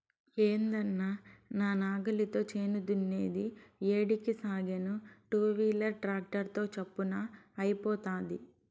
ఏందన్నా నా నాగలితో చేను దున్నేది ఏడికి సాగేను టూవీలర్ ట్రాక్టర్ తో చప్పున అయిపోతాది